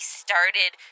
started